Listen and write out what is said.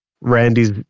Randy's